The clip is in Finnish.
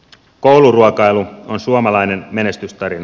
kouluruokailu on suomalainen menestystarina